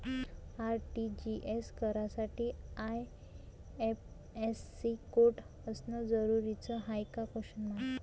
RTGS करासाठी IFSC code असनं जरुरीच हाय का?